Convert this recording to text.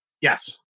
Yes